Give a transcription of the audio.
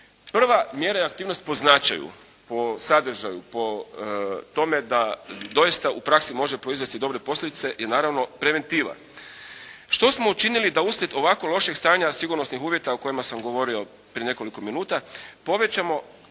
Prva mjera i aktivnost po značaju, po sadržaju, po tome da doista u praksi može proizvesti dobre posljedice je, naravno preventiva. Što smo učinili da uslijed ovako lošeg stanja sigurnosnih uvjeta o kojima sam govorio prije nekoliko minuta povećamo prometnu